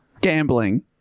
Gambling